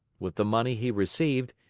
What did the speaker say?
with the money he received,